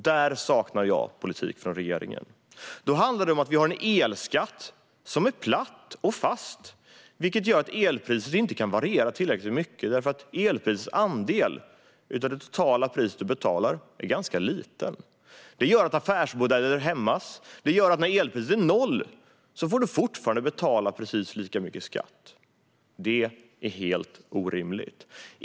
Där saknar jag politik från regeringen. Vi har en elskatt som är platt och fast, vilket gör att elpriset inte kan variera tillräckligt mycket, för elprisets andel av den totala kostnaden är ganska liten. Detta gör att affärsmodeller hämmas. Även om elpriset är noll får man fortfarande betala lika mycket i skatt. Det är helt orimligt.